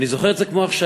אני זוכר את זה כמו עכשיו.